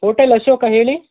hotel Ashoka ಹೇಳಿ